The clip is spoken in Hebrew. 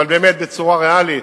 אבל באמת בצורה ריאלית.